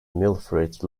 wilfrid